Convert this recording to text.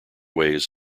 ways